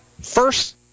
first